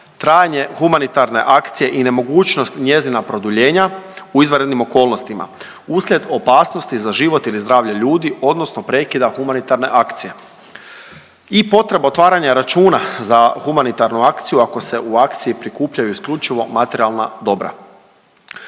trajanje humanitarne akcije i nemogućnost njezina produljenja u izvanrednim okolnostima. Uslijed opasnosti za život ili zdravlje ljudi odnosno prekida humanitarne akcije i potreba otvaranja računa za humanitarnu akciju ako se u akciji prikupljaju isključivo materijalna dobra.